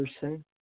person